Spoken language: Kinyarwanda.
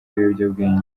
ibiyobyabwenge